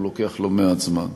והוא לוקח לא מעט זמן.